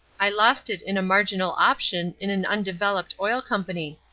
i lost it in a marginal option in an undeveloped oil company.